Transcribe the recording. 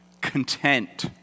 content